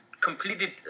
completed